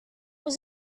was